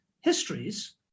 histories